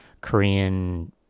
Korean